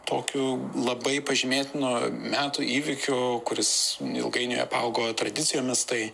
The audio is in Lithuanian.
tokiu labai pažymėtinu metų įvykiu kuris ilgainiui apaugo tradicijomis tai